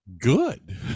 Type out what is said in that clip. good